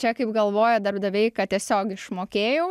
čia kaip galvoja darbdaviai kad tiesiog išmokėjau